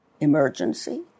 Emergency